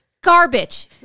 Garbage